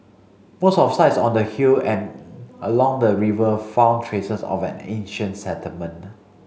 most of sites on the hill and along the river found traces of an ancient settlement